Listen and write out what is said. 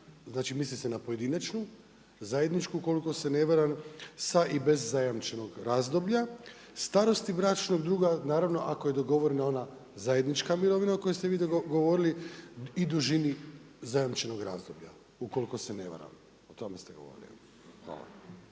znači misli se na pojedinačnu, zajedničku, koliko se ne varam sa i bez zajamčenog razdoblja, starosti bračnog druga, naravno ako je dogovorena ona zajednička mirovina o kojoj ste vi govorili i dužni zajamčenog razdoblja ukoliko se ne varam. O tome ste govorili.